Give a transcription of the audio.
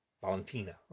Valentina